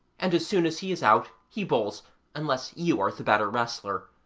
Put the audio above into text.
and as soon as he is out he bowls unless you are the better wrestler,